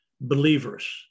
believers